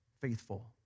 faithful